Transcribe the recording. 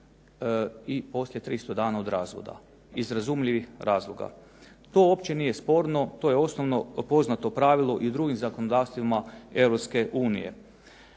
i poslije 300 dana od razvoda, iz razumljivih razloga. To uopće nije sporno, to je osnovno poznato pravilo i drugim zakonodavstvima